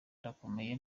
ndakomeye